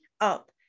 up